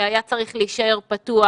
שהיה צריך להישאר פתוח,